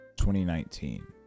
2019